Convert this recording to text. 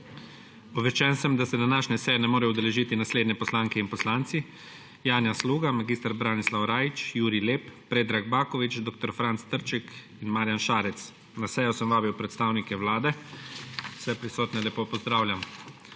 obveščen sem, da se današnje seje ne morejo udeležiti naslednje poslanke in poslanci: Janja Sluga, mag. Branislav Rajić, Jurij Lep, Predrag Baković, dr. Franc Trček in Marjan Šarec. Na sejo sem vabil predstavnike Vlade. Vse prisotne lepo pozdravljam!